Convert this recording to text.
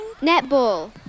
Netball